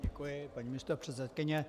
Děkuji, paní místopředsedkyně.